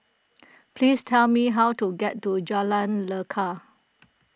please tell me how to get to Jalan Lekar